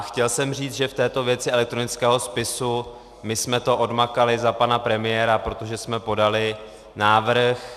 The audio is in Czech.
Chtěl jsem říct, že v této věci elektronického spisu jsme to odmakali za pana premiéra, protože jsme podali návrh.